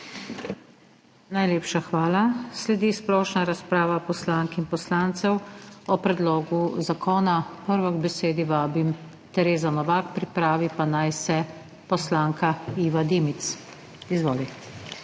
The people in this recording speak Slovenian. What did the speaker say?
Najlepša hvala. Sledi splošna razprava poslank in poslancev o predlogu zakona. Prvo k besedi vabim Terezo Novak, pripravi pa naj se poslanka Iva Dimic. Izvoli.